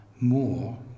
more